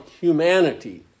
humanity